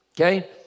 Okay